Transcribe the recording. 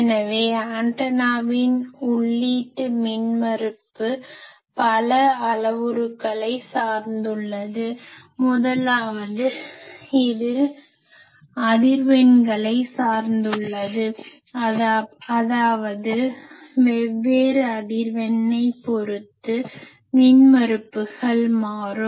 எனவே ஆண்டனாவின் உள்ளீட்டு மின்மறுப்பு பல அளவுருக்களை சார்ந்துள்ளது முதலாவது இது அதிர்வெண்களை சார்ந்துள்ளது அதாவது வெவ்வேறு அதிர்வெண்ணைப் பொறுத்து மின்மறுப்புகள் மாறும்